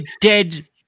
dead